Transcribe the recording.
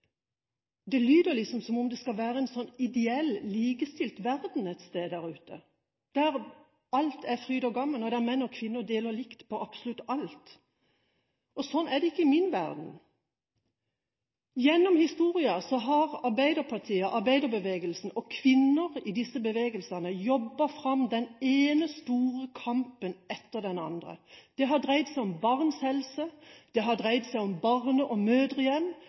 Det lyder som om liksom det skal være en ideell, likestilt verden et sted der ute, der alt er fryd og gammen, og der menn og kvinner deler likt på absolutt alt. Sånn er det ikke i min verden. Gjennom historien har Arbeiderpartiet, arbeiderbevegelsen og kvinner i disse bevegelsene jobbet fram den ene store kampen etter den andre. Det har dreid seg om barns helse, det har dreid seg om barne- og